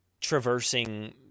traversing